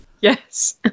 Yes